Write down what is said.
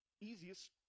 easiest